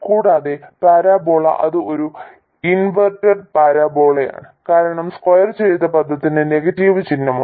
കൂടാതെ പരാബോള അത് ഒരു ഇൻവെർട്ടഡ് പരാബോളയാണ് കാരണം സ്ക്വയർ ചെയ്ത പദത്തിന് നെഗറ്റീവ് ചിഹ്നമുണ്ട്